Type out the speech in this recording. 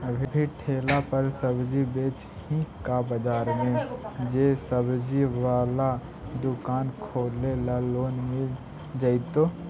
अभी ठेला पर सब्जी बेच ही का बाजार में ज्सबजी बाला दुकान खोले ल लोन मिल जईतै?